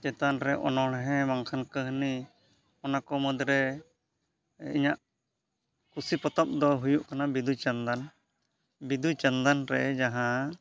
ᱪᱮᱛᱟᱱ ᱨᱮ ᱚᱱᱚᱬᱦᱮ ᱵᱟᱝᱠᱷᱟᱱ ᱠᱟᱹᱦᱱᱤ ᱚᱱᱟ ᱠᱚ ᱢᱩᱫᱽᱨᱮ ᱤᱧᱟᱹᱜ ᱠᱩᱥᱤ ᱯᱚᱛᱚᱵ ᱫᱚ ᱦᱩᱭᱩᱜ ᱠᱟᱱᱟ ᱵᱤᱸᱫᱩᱼᱪᱟᱸᱫᱟᱱ ᱵᱤᱸᱫᱩᱼᱪᱟᱸᱫᱟᱱ ᱨᱮ ᱡᱟᱦᱟᱸ